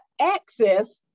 access